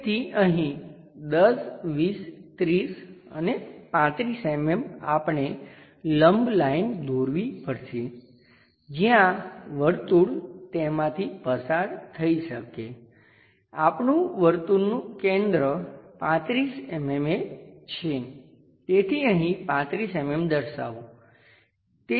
તેથી અહીં 10 20 30 35 mm આપણે લંબ લાઈન દોરવી પડશે જ્યાં વર્તુળ તેમાંથી પસાર થઈ શકે આપણું વર્તુળનું કેન્દ્ર 35 mm એ છે તેથી અહીં 35 mm દર્શાવો